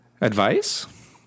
Advice